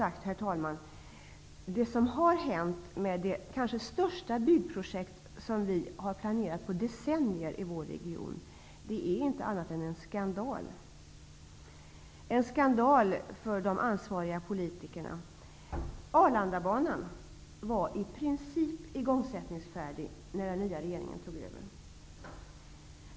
Med förlov sagt: Det som har hänt med det kanske största byggprojekt på decennier som vi har planerat i vår region är inte något annat än en skandal. Det är en skandal när det gäller de ansvariga politikerna. Arlandabanan var i princip igångsättningsfärdig när den nya regeringen tog över.